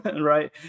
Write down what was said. right